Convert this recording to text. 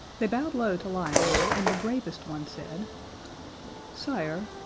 they bowed low to lionel, and the gravest one said sire,